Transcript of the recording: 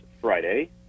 Friday